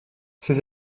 ses